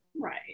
Right